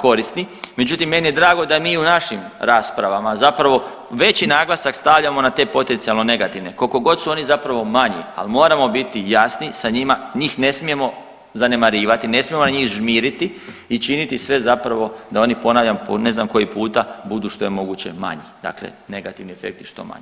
korisni, međutim meni je drago da mi u našim raspravama zapravo veći naglasak stavljamo na te potencijalno negativne kolikogod su oni zapravo manji, ali moramo biti jasni sa njima, njih ne smijemo zanemarivati, ne smijemo na njih žmiriti i činiti sve zapravo da oni ponavljam po ne znam koji puta budu što je moguće manji, dakle negativni efekti što manji.